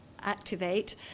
Activate